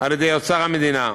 על-ידי אוצר המדינה.